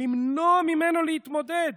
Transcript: מונעים ממנו להתמודד.